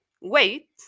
wait